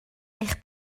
eich